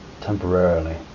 temporarily